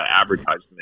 advertisement